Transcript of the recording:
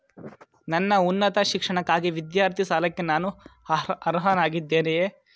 ನನ್ನ ಉನ್ನತ ಶಿಕ್ಷಣಕ್ಕಾಗಿ ವಿದ್ಯಾರ್ಥಿ ಸಾಲಕ್ಕೆ ನಾನು ಅರ್ಹನಾಗಿದ್ದೇನೆಯೇ?